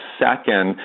second